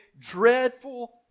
dreadful